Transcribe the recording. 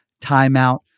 timeout